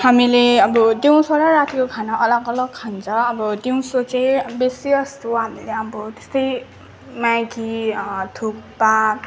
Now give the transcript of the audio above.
हामीले अब दिउँसो र रातिको खाना अलग अलग खान्छ अब दिउँसो चाहिँ बेसीजस्तो हामीले अब त्यस्तै म्यागी थुक्पा